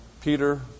Peter